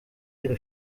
ihre